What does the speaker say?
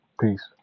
peace